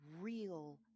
real